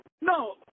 No